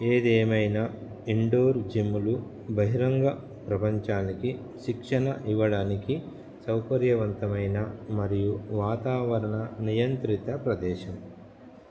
ఏది ఏమైనా ఇండోర్ జిమ్లు బహిరంగ ప్రపంచానికి శిక్షణ ఇవ్వడానికి సౌకర్యవంతమైన మరియు వాతావరణ నియంత్రిత ప్రదేశం